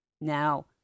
Now